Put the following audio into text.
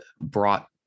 brought